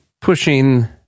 pushing